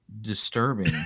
disturbing